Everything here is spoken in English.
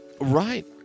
Right